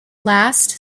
last